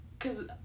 Cause